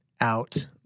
out